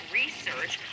research